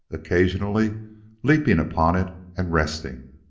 occasionally leaping upon it and resting.